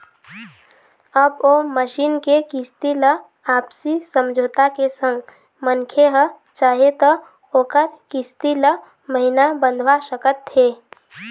अब ओ मसीन के किस्ती ल आपसी समझौता के संग मनखे ह चाहे त ओखर किस्ती ल महिना बंधवा सकत हे